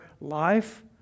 life